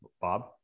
Bob